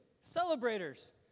Celebrators